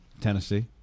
Tennessee